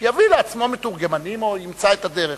שיביא לעצמו מתורגמנים או ימצא את הדרך